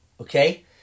okay